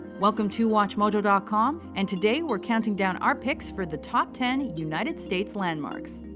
welcome to watchmojo ah com, and today we're counting down our picks for the top ten united states landmarks.